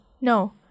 No